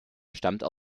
stammte